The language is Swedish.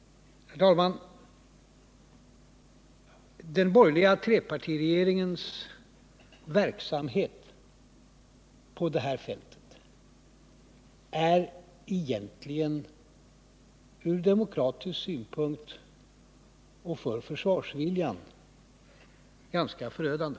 Herr talman! Den borgerliga trepartiregeringens verksamhet på det här fältet är egentligen ur demokratisk synpunkt och för försvarsviljan ganska förödande.